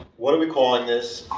what are we calling this?